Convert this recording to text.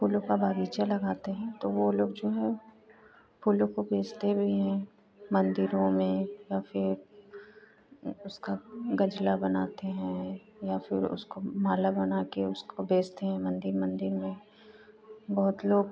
फूलों का बगीचा लगाते हैं तो वो लोग जो है फूलों को बेचते भी हैं मंदिरों में या फिर उसका गजला बनाते हैं या फिर उसको माला बना कर उसको बेचते हैं मंदिर मंदिर में बहुत लोग